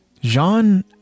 Jean